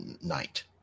Night